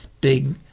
big